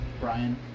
Brian